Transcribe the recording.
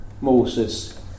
Moses